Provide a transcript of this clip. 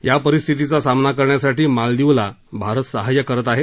या परिस्थितीचा सामना करण्यासाठी मालदीवला भारत सहाय्य करत आहे